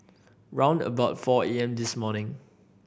round about four A M this morning